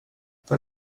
för